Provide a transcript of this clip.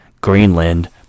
Greenland